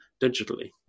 digitally